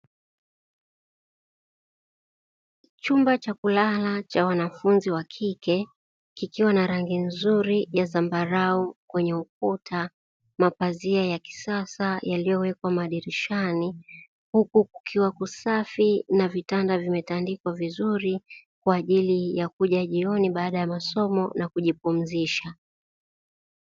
Chumba cha kulala cha wanafunzi wa kike kikiwa na rangi nzuri ya zambarau kwenye ukuta, mapazia ya kisasa yaliyowekwa madirishani, huku kukiwa kusafi na vitanda vimetandikwa vizuri kwa ajili ya kuja jioni baada ya masomo na kujipumzisha.